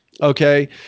Okay